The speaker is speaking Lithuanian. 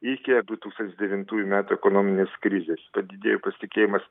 iki du tūkstantis devintųjų ekonominės krizės padidėjo pasitikėjimas